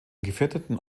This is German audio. gefährdeten